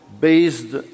based